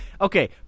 Okay